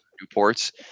Newport's